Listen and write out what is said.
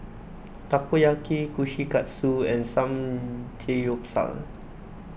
Takoyaki Kushikatsu and Samgeyopsal